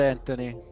Anthony